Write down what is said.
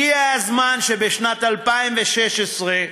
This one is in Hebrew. הגיע הזמן, בשנת 2016,